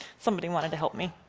somebody wanted to help me.